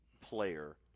player